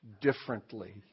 differently